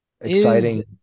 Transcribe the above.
exciting